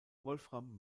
wolfram